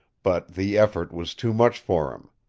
but the effort was too much for him.